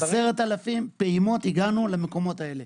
10000 פעימות, הגענו למקומות האלה.